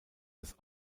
das